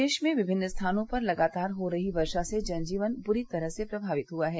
प्रदेश में विभिन्न स्थानों पर लगातार हो रही वर्षा से जनजीवन बुरी तरह से प्रमावित हुआ है